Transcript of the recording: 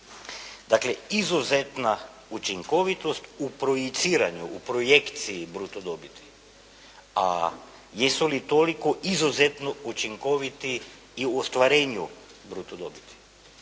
Dakle izuzetna učinkovitost u projiciranju, u projekciji bruto dobiti, a jesu li toliko izuzetno učinkoviti i u ostvarenju bruto dobiti?